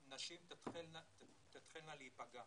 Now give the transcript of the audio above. נשים תתחלנה להיפגע?